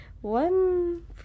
One